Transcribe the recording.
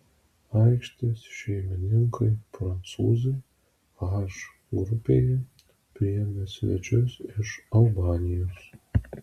aikštės šeimininkai prancūzai h grupėje priėmė svečius iš albanijos